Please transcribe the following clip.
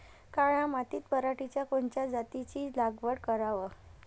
काळ्या मातीत पराटीच्या कोनच्या जातीची लागवड कराव?